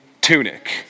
tunic